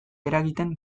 eragiten